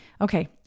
Okay